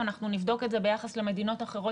אם אנחנו נבדוק את זה ביחס למדינות אחרות